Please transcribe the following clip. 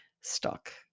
stuck